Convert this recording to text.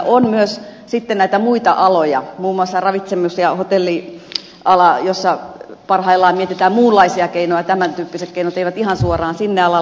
on myös sitten näitä muita aloja muun muassa ravitsemus ja hotelliala jolla parhaillaan mietitään muunlaisia keinoja tämäntyyppiset keinot eivät ihan suoraan sille alalle käy